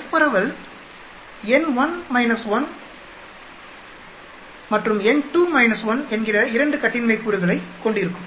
F பரவல் n1 − 1 மற்றும் n2 - 1 என்கிற 2 கட்டின்மை கூறுகளைக் கொண்டிருக்கும்